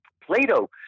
Plato